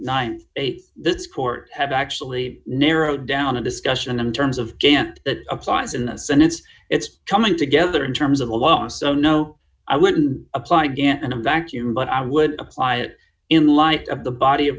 ninety eight this court have actually narrowed down a discussion in terms of that applies in the senate it's coming together in terms of the law so no i wouldn't apply again in a vacuum but i would apply it in light of the body of